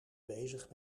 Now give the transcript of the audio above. bezig